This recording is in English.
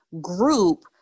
group